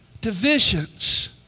divisions